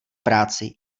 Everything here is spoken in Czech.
práci